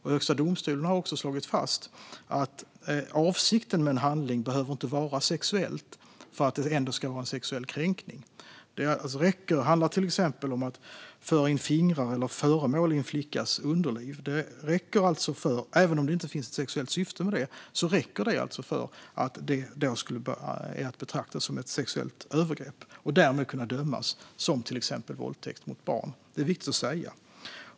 Högsta domstolen har också slagit fast att avsikten med en handling inte behöver vara sexuell för att det ändå ska vara en sexuell kränkning. Det kan till exempel handla om att föra in fingrar eller föremål i en flickas underliv. Även om det inte finns ett sexuellt syfte med det räcker det alltså för att det ska vara att betrakta som ett sexuellt övergrepp. Därmed kan man dömas för till exempel våldtäkt mot barn. Det är viktigt att säga.